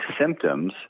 symptoms